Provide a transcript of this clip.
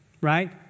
Right